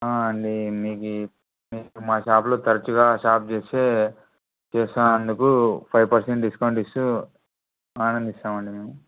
అండి మీకు మా షాప్లో తరచుగా షాప్ చేస్తే చేసినందుకు ఫైవ్ పర్సెంట్ డిస్కౌంట్ ఇస్తూ ఆనందిస్తామండి మేము